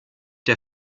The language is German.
der